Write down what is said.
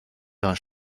dans